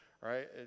right